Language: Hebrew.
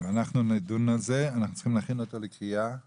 אנחנו בהכנה לקריאה ראשונה.